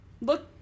Look